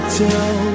tell